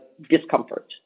discomfort